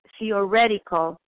theoretical